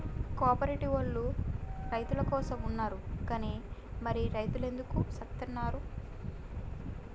కో ఆపరేటివోల్లు రైతులకోసమే ఉన్నరు గని మరి రైతులెందుకు సత్తున్నరో